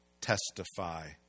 testify